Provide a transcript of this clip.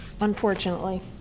unfortunately